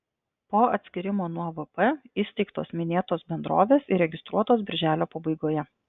po atskyrimo nuo vp įsteigtos minėtos bendrovės įregistruotos birželio pabaigoje